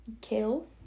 kill